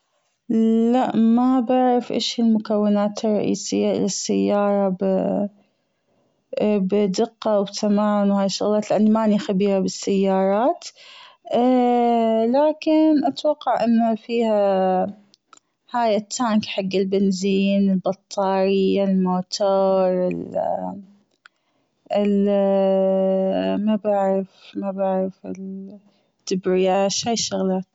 لأ ما بعرف أيش المكونات الرئيسية للسيارة بدقة وبتمعن وهي الشغلات لأني ماني خبيرة بالسيارات لكن أتوقع أنه فيها هي التانك حج البنزين البطارية الموتور ال- ال- مابعرف دبرياج هالشغلات.